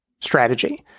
strategy